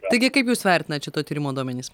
taigi kaip jūs vertinat šito tyrimo duomenis